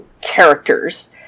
characters